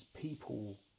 people